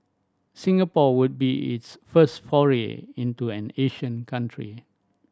Singapore would be its first foray into an Asian country